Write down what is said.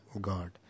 God